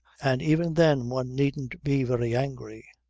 and even then one needn't be very angry.